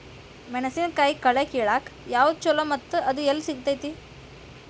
ಮೆಣಸಿನಕಾಯಿ ಕಳೆ ಕಿಳಾಕ್ ಯಾವ್ದು ಛಲೋ ಮತ್ತು ಅದು ಎಲ್ಲಿ ಸಿಗತೇತಿ?